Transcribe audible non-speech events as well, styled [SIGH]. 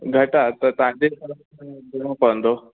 घटि आहे त तव्हांखे [UNINTELLIGIBLE] करिणो पवंदो